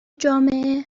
جامعه